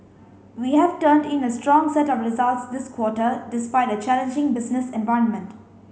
we have turned in a strong set of results this quarter despite a challenging business environment